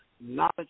knowledge